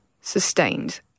sustained